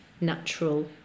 natural